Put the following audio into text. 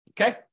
Okay